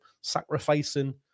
sacrificing